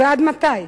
ועד מתי?